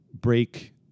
break